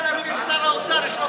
שר האוצר, שר האוצר.